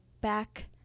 back